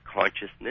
consciousness